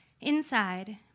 Inside